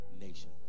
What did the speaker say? Nation